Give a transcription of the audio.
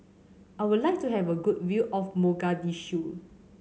I would like to have a good view of Mogadishu